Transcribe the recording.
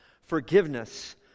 forgiveness